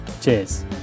Cheers